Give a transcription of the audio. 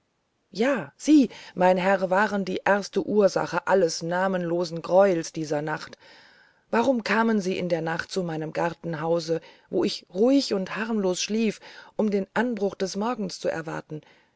ja sie mein herr waren die erste ursache alles namenlosen greuels dieser nacht warum kamen sie in der nacht zu meinem gartenhause wo ich ruhig und harmlos schlief um den anbruch des morgens zu erwarten